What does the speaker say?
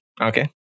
Okay